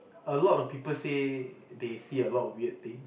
a lot of people say they see a lot of weird things